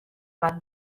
bat